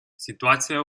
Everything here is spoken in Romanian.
situația